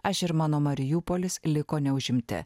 aš ir mano mariupolis liko neužimti